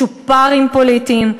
צ'ופרים פוליטיים,